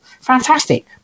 Fantastic